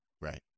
right